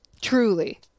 Truly